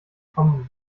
kommen